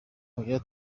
oya